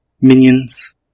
minions